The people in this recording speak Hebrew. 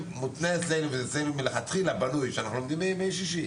אצלנו מלכתחילה זה בנוי שאנחנו לומדים בימי שישי,